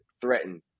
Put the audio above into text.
threaten